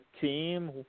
team